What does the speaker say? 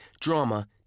drama